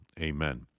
Amen